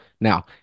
Now